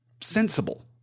sensible